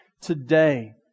today